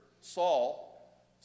Saul